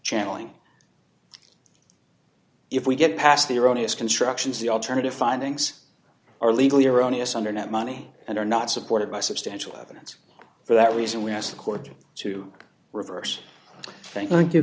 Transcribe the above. channeling if we get past the erroneous constructions the alternative findings are legally erroneous undernet money and are not supported by substantial evidence for that reason we asked the court to reverse thank